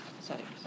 settings